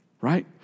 right